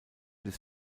des